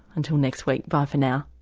until next week, bye for now